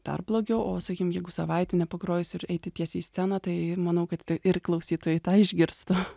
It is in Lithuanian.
dar blogiau o sakyk jeigu savaitę nepagrojus ir eiti tiesiai į sceną tai manau kad ir klausytojai tą išgirstų